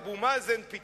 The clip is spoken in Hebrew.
אבו מאזן ואבו עלא,